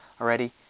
already